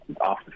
off